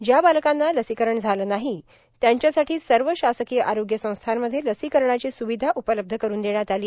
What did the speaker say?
ज्या बालकांना लसीकरण झाले नाही त्यांच्यासाठी सव शासकीय आरोग्य संस्थांमध्ये लसीकरणाची स्रावधा उपलब्ध करुन देण्यात आलो